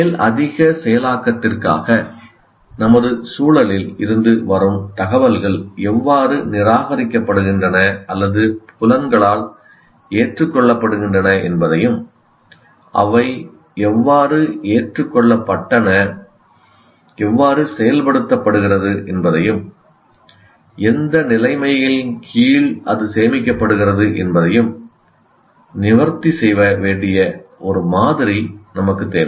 மேலதிக செயலாக்கத்திற்காக நமது சூழலில் இருந்து வரும் தகவல்கள் எவ்வாறு நிராகரிக்கப்படுகின்றன அல்லது புலன்களால் ஏற்றுக்கொள்ளப்படுகின்றன என்பதையும் அவை எவ்வாறு ஏற்றுக்கொள்ளப்பட்டன எவ்வாறு செயல்படுத்தப்படுகிறது என்பதையும் எந்த நிலைமைகளின் கீழ் அது சேமிக்கப்படுகிறது என்பதையும் நிவர்த்தி செய்ய வேண்டிய ஒரு மாதிரி நமக்குத் தேவை